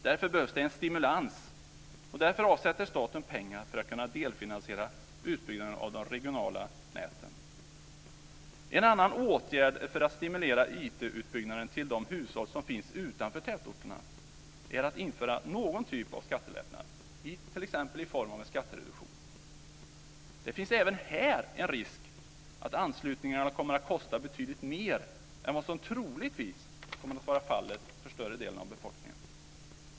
Det behövs en stimulans och därför avsätter staten pengar för att kunna delfinansiera utbyggnaden av de regionala näten. En annan åtgärd för att stimulera IT-utbyggnaden till de hushåll som finns utanför tätorterna är att införa någon typ av skattelättnad, t.ex. i form av en skattereduktion. Det finns även här en risk att anslutningarna kommer att kosta betydligt mer än vad som troligtvis kommer att vara fallet för större delen av befolkningen.